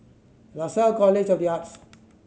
Lasalle College of The Arts